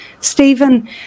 Stephen